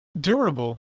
durable